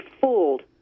fooled